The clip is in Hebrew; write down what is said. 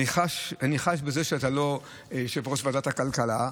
אני חש בזה שאתה לא יושב-ראש ועדת הכלכלה,